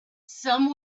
some